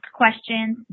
questions